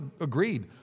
agreed